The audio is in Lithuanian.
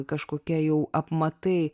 kažkokie jau apmatai